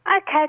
Okay